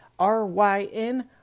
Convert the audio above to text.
RYN